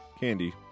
Candy